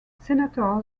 senator